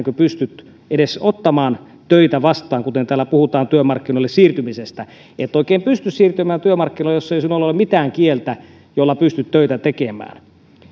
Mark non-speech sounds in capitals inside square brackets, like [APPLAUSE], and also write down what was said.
[UNINTELLIGIBLE] kuin pystyt edes ottamaan töitä vastaan kuten täällä puhutaan työmarkkinoille siirtymisestä et oikein pysty siirtymään työmarkkinoille jos sinulla ei ole mitään kieltä jolla pystyt töitä tekemään